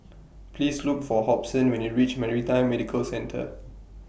Please Look For Hobson when YOU REACH Maritime Medical Centre